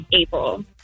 April